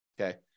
okay